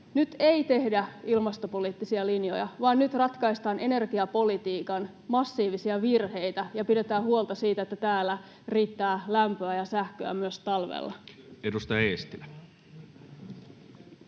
Nyt ei tehdä ilmastopoliittisia linjoja, vaan nyt ratkaistaan energiapolitiikan massiivisia virheitä ja pidetään huolta siitä, että täällä riittää lämpöä ja sähköä myös talvella. [Speech